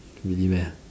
really meh